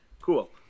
Cool